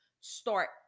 start